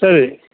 சரி